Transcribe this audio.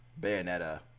Bayonetta